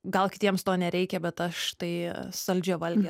gal kitiems to nereikia bet aš tai saldžiavalgė